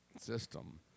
system